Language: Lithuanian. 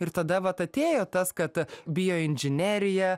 ir tada vat atėjo tas kad bioinžinerija